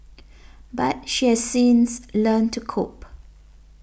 but she has since learnt to cope